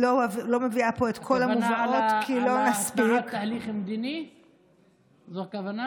אתה בטח מתעניין בתשובתו.